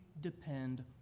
depend